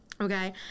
okay